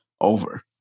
over